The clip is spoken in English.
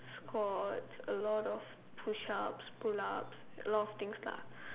squats a lot of push ups pull ups a lot of things lah